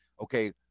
Okay